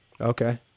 Okay